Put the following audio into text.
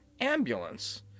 ambulance